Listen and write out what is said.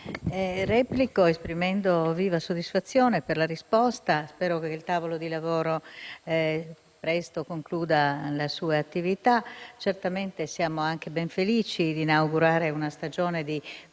replico esprimendo viva soddisfazione per la risposta e spero che il tavolo di lavoro concluda presto la sua attività. Certamente siamo anche ben felici di inaugurare una stagione di collaborazione